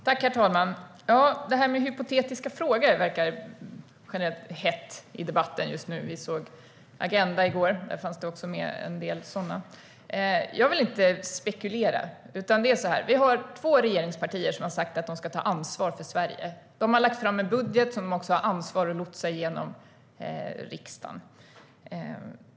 Herr talman! Generellt verkar det vara hett i debatten just nu med hypotetiska frågor. Vi såg Agenda i går - där var det också en del sådana. Jag vill inte spekulera, utan det är så här: Vi har två regeringspartier som har sagt att de ska ta ansvar för Sverige. De har lagt fram en budget som de också har ansvar för att lotsa igenom riksdagen.